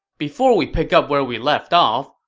before we pick up where we left off,